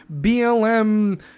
BLM